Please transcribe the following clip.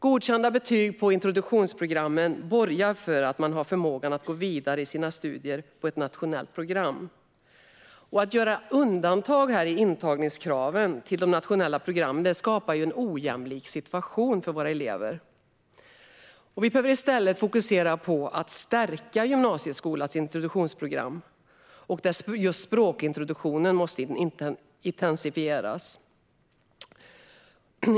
Godkända betyg på introduktionsprogrammen borgar för att man har förmågan att gå vidare i sina studier på ett nationellt program. Att göra undantag i intagningskraven till de nationella programmen skapar en ojämlik situation för våra elever. Vi behöver i stället fokusera på att stärka gymnasiets introduktionsprogram, där språkintroduktionen måste intensifieras.